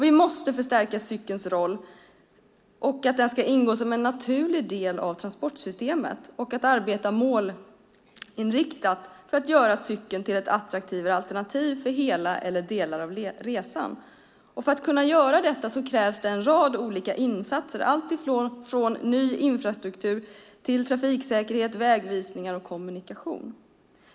Vi måste förstärka cykelns roll och se till att den ingår som en naturlig del av transportsystemet och arbeta målinriktat för att göra cykeln till ett attraktivare alternativ för hela eller delar av resan. För att kunna göra detta krävs det en rad olika insatser, alltifrån ny infrastruktur till trafiksäkerhet, väganvisningar och kommunikation.